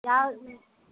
ಯಾವ